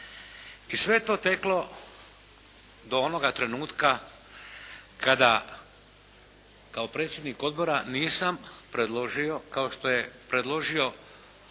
i sve je to teklo do onoga trenutka kada kao predsjednik odbora nisam predložio kao što je predložio